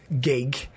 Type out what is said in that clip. gig